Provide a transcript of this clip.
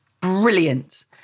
Brilliant